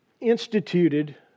instituted